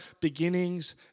beginnings